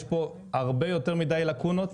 יש פה הרבה יותר מדי לקונות